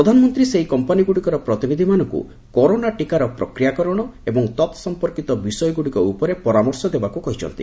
ପ୍ରଧାନମନ୍ତ୍ରୀ ସେହି କମ୍ପାନୀଗୁଡ଼ିକର ପ୍ରତିନିଧିମାନଙ୍କୁ କରୋନା ଟୀକାର ପ୍ରକ୍ରିୟାକରଣ ଏବଂ ତତ୍ସମ୍ପର୍କୀତ ବିଷୟଗୁଡ଼ିକ ଉପରେ ପରାମର୍ଶ ଦେବାକୁ କହିଛନ୍ତି